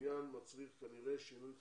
העניין מצריך כנראה שינוי חקיקה.